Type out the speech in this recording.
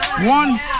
One